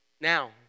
now